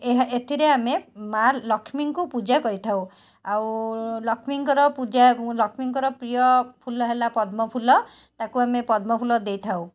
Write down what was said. ଏହା ଏଥିରେ ଆମେ ମାଁ ଲକ୍ଷ୍ମୀଙ୍କୁ ପୂଜା କରିଥାଉ ଆଉ ଲକ୍ଷ୍ମୀଙ୍କର ପୂଜାକୁ ଲକ୍ଷ୍ମୀଙ୍କର ପ୍ରିୟଫୁଲ ହେଲା ପଦ୍ମଫୁଲ ତାକୁ ଆମେ ପଦ୍ମଫୁଲ ଦେଇଥାଉ